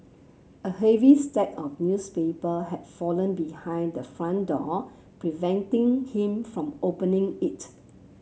a heavy stack of newspaper had fallen behind the front door preventing him from opening it